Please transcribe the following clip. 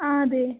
ആ അതെ